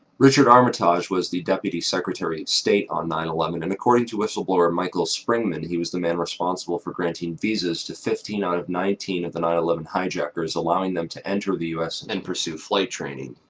richard armitage, was the deputy secretary of state on nine eleven, and according to whistleblower michael springman, he was on the men responsible for granting visas to fifteen out of nineteen of the nine eleven hijackers allowing them to enter the us and pursue flight training.